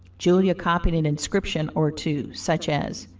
julia copied an inscription or two, such as,